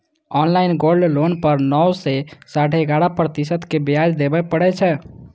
online gold loan पर नौ सं साढ़े ग्यारह प्रतिशत के ब्याज देबय पड़ै छै